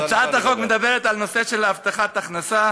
מותר לך, הצעת החוק מדברת על נושא של הבטחת הכנסה,